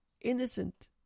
innocent